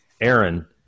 Aaron